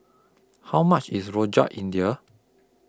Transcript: How much IS Rojak India